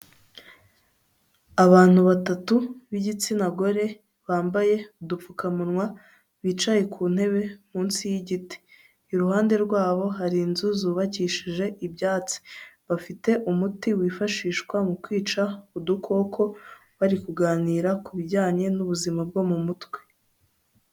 Abantu batatu b'igitsina gore bambaye udupfukamunwa bicaye ku ntebe munsi y'igiti iruhande rwabo hari inzu zubakishije ibyatsi bafite umuti wifashishwa mu kwica udukoko bari kuganira ku bijyanye n'ubuzima bwo mu mutwe.